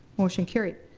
motion carried.